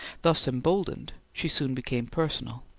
thus emboldened she soon became personal.